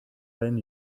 when